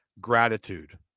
gratitude